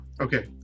Okay